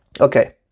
Okay